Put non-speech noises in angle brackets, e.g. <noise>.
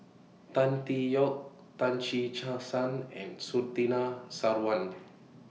Tan Tee Yoke Tan Che <unintelligible> Sang and Surtini Sarwan